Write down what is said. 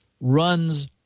runs